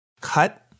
cut